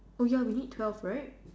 oh ya we need twelve right